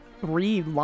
three